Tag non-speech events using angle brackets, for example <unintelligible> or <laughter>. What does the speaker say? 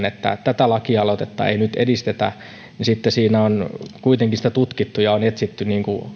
<unintelligible> että tätä lakialoitetta ei nyt edistetä niin sitten siinä on kuitenkin sitä tutkittu ja on etsitty